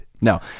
No